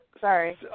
Sorry